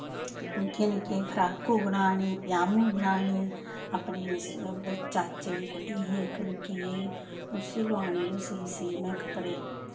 नि'क्के नि'क्के फ्रॉकू बनाने पज़ामू बनाने अपने चाचे दी कुड़ी हा इक नि'क्की जेही उसी लोआने ओह् सीऽ सीऽ में कपड़े